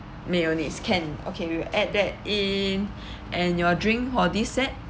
mayonnaise can okay we will add that in and your drink for this set